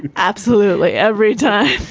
and absolutely every time